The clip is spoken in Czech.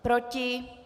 Proti?